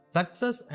success